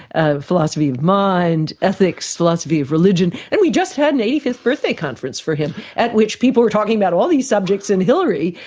ah philosophy of mind, ethics, philosophy of religion. and we just had an eighty fifth birthday conference for him at which people were talking about all these subjects, and hilary,